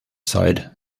side